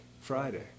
Friday